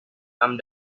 come